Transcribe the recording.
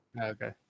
Okay